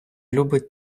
любить